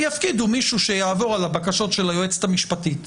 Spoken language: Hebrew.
יפקידו מישהו שיעבור על הבקשות של היועצת המשפטית.